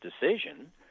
decision